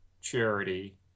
charity